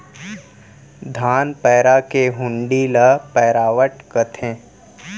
धान पैरा के हुंडी ल पैरावट कथें